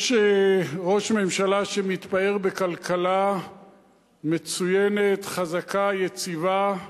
יש ראש ממשלה שמתפאר בכלכלה מצוינת, חזקה, יציבה.